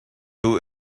who